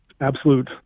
absolute